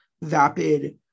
vapid